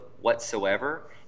whatsoever